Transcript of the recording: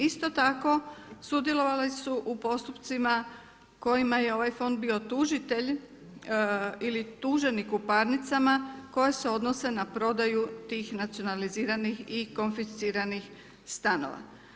Isto tako sudjelovale su u postupcima kojima je ovaj fond bio tužitelj ili tuženik u parnicama koje se odnose na prodaju tih nacionaliziranih i konfisciranih stanova.